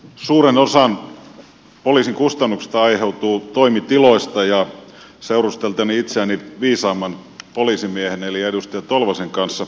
suuren osan olisi kustannukset aiheutuu toimitiloista ja seurusteltuani itseäni viisaamman poliisimiehen eli edustaja tolvasen kanssa